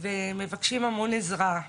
והם מבקשים המון עזרה.